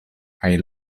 kaj